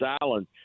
Allen